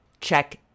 check